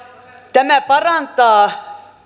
tämä parantaa